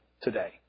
today